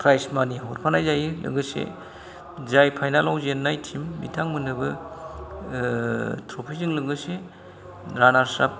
prize मानि हरफानाय जायो लोगोसे जाय फाइनालाव जेननाय टिम बिथांमोननोबो ट्रफिजों लोगोसे रानार्स आप